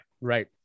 Right